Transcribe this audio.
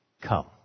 come